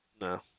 No